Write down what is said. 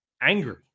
angry